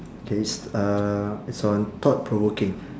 K it's uh it's on thought-provoking